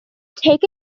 take